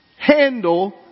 handle